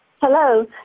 Hello